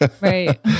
Right